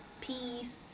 peace